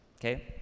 okay